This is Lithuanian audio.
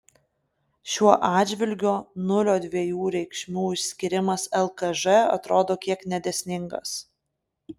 šiuo atžvilgiu nulio dviejų reikšmių išskyrimas lkž atrodo kiek nedėsningas